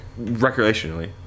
recreationally